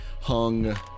hung